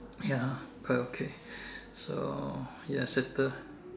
ya quite okay so ya settled